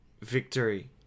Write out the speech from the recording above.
victory